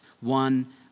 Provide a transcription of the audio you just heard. one